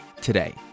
today